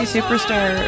Superstar